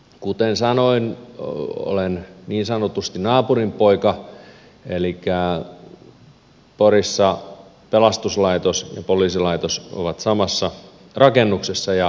kuten sanoin olen niin sanotusti naapurinpoika elikkä porissa pelastuslaitos ja poliisilaitos ovat samassa rakennuksessa ja kanssakäymistä ilmenee